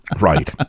Right